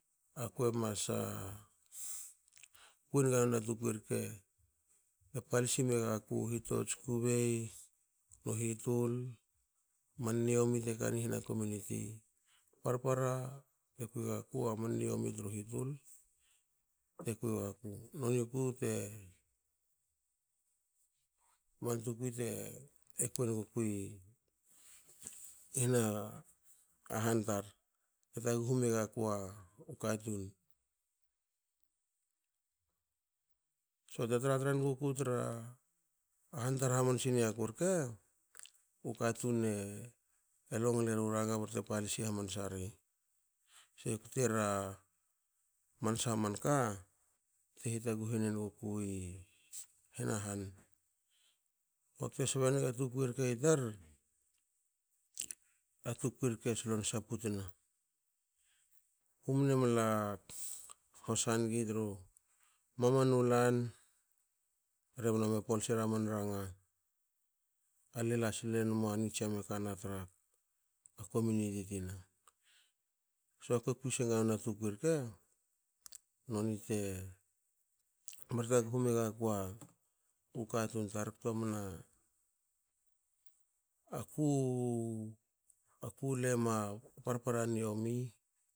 Akue mas kuienga nona tukui rke te palsi megakua hitots kukubei nu hitul. man niomi te kani hna komuniti. Parpara kate kui gaku aman niomi tru hitul tekui gaku noniku te man tukui te kuienu gukui hna han tar te taguhu megaku katun so te tra trenguku tra han tar hmansi niaku rke u katun e longleru ranga bte palsi hamansa ri so ektera man sha man ka te hitaguhunen guku i hna han. Bakte sbenga tukui rke i tar a tukui rke solon saputna kumne mla hosa nigi tru mamanu lan rebne gno me polsera man ranga ale lasil enma ni tsiame kana tra komuniti tina,"so kue kui senga nona tukui rke nonte mar taguhu megakua katun tar ktomna aku aku lema parpara niomi